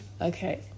Okay